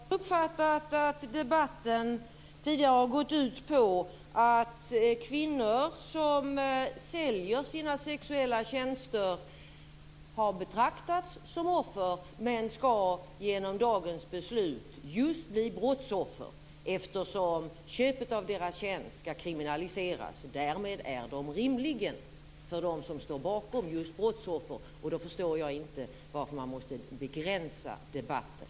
Fru talman! Jag har uppfattat att debatten tidigare har gått ut på att kvinnor som säljer sina sexuella tjänster har betraktas som offer, men genom dagens beslut skall de bli just brottsoffer eftersom köpet av deras tjänst skall kriminaliseras. Därmed är de rimligen brottsoffer för dem som står bakom. Då förstår jag inte varför man måste begränsa debatten.